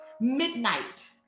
midnight